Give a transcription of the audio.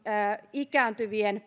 ikääntyvien